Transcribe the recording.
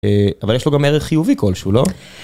אה.. אבל יש לו גם ערך חיובי כלשהו, לא?